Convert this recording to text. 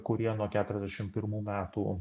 kurie nuo keturiasdešim pirmų metų